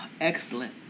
Excellent